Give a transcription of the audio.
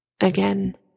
Again